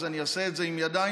אז אני אעשה את זה עם ידיים,